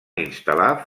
instal·lar